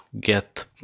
get